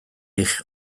eich